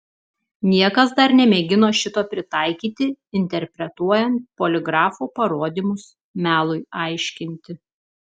niekas dar nemėgino šito pritaikyti interpretuojant poligrafo parodymus melui aiškinti